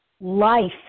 life